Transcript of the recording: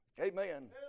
Amen